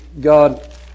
God